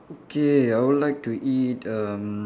okay I will like to eat um